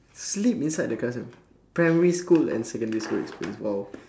sleep inside the classroom primary school and secondary school experience !wow!